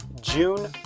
June